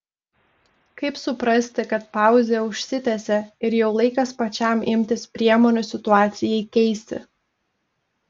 kaip suprasti kad pauzė užsitęsė ir jau laikas pačiam imtis priemonių situacijai keisti